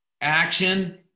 action